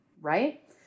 right